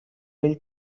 will